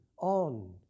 on